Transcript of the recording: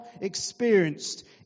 experienced